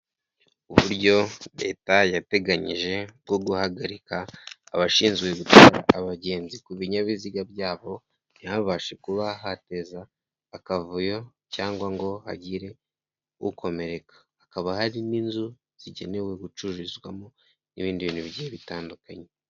Uburyo leta yateganyije bwo guhagarika abashinzwe gutwara abagenzi ku binyabiziga byabo ntibabashe kuba hateza akavuyo cyangwa ngo hagire ukomereka, hakaba hari n'inzu zigenewe gucururizwamo n'ibindi bintu bitandukanye.